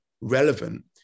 relevant